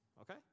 Okay